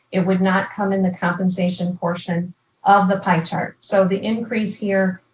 it would not come in the compensation portion of the pie chart. so the increase here,